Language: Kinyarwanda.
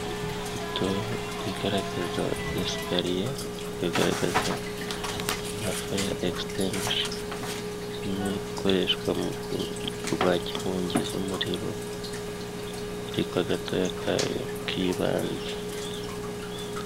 Ifoto igaragaza esikariye, ikagaragaza na faya ekisitengwisha, imwe ikoreshwa mu kurwanya inkongi z'umuriro, ariko agatoya kayo k'ibanze.